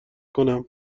کنم